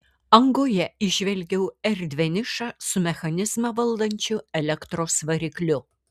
angoje įžvelgiau erdvią nišą su mechanizmą valdančiu elektros varikliu